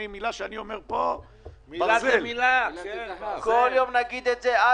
שאני רואה אותו ואני מעריך את